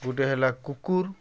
ଗୁଟେ ହେଲା କୁକୁର୍